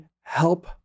help